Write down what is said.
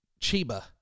Chiba